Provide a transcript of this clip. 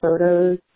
photos